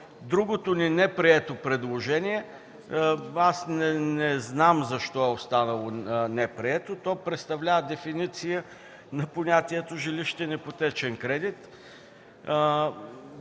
Другото ни предложение не знам защо е останало неприето. То представлява дефиниция на понятието „жилищен ипотечен кредит”.